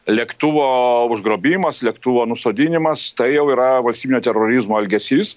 lėktuvo užgrobimas lėktuvo nusodinimas tai jau yra valstybinio terorizmo elgesys